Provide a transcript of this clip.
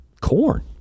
Corn